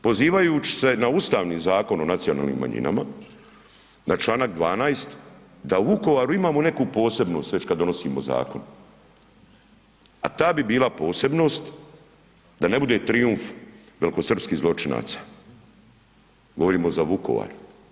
Pozivajući se na Ustavni zakon o nacionalnim manjinama na čl. 12. da u Vukovaru imamo neku posebnost već kada donosimo zakon, a ta bi bila posebnost da ne bude trijumf velikosrpskih zločinaca, govorimo za Vukovar.